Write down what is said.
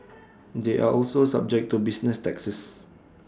they are also subject to business taxes